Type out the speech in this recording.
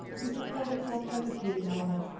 mr. portlethorpe hesitated a moment.